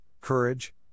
courage